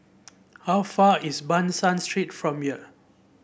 how far is Ban San Street from here